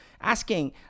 asking